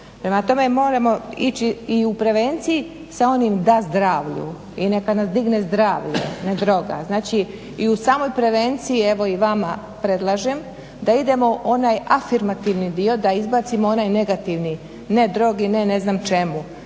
prema tome moramo ići i u prevenciji sa onim "da zdravlju" i neka nas digne zdravlje, ne droga. Znači i u samoj prevenciji, evo i vama predlažem da idemo u onaj afirmativni dio, da izbacimo onaj negativni, ne drogi, ne ne znam čemu